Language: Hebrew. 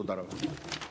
תודה רבה.